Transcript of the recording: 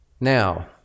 Now